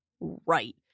right